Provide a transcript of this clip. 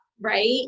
right